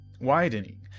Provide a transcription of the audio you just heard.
widening